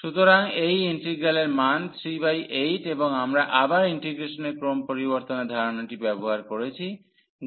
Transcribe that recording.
সুতরাং এই ইন্টিগ্রালের মান 38 এবং আমরা আবার ইন্টিগ্রেশনের ক্রম পরিবর্তনের ধারণাটি ব্যবহার করেছি